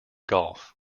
golf